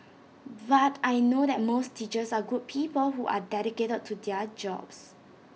but I know that most teachers are good people who are dedicated to their jobs